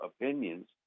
opinions